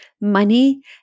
money